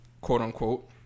quote-unquote